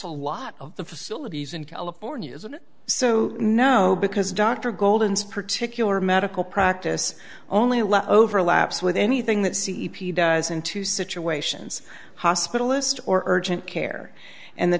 a lot of the facilities in california isn't so no because dr goldens particular medical practice only allows overlaps with anything that c e p t does into situations hospitalised or urgent care and the